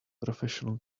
professional